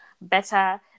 better